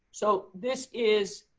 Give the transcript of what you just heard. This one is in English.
so this is,